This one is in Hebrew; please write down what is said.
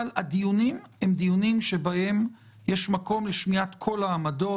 אבל בדיונים יש מקום לשמיעת כל העמדות.